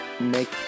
make